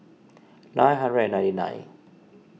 nine hundred and ninety nine